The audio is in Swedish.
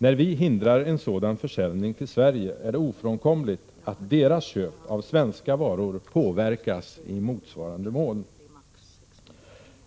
När vi hindrar en sådan försäljning till Sverige är det ofrånkomligt att deras köp av svenska varor påverkas i motsvarande mån.